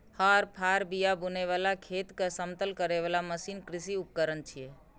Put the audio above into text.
हर, फाड़, बिया बुनै बला, खेत कें समतल करै बला मशीन कृषि उपकरण छियै